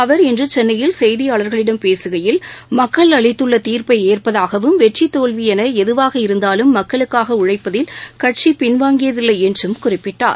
அவர் இன்று சென்னையில் செய்தியாளர்களிடம் பேசுகையில் மக்கள் அளித்துள்ள தீர்ப்பை ஏற்பதாகவும் வெற்றி தோல்வி என எதுவாக இருந்தாலும் மக்களுக்காக உழைப்பதில் கட்சி பின்வாங்கியதில்லை என்றும் குறிப்பிட்டார்